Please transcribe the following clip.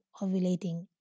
ovulating